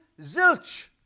zilch